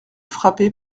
frappés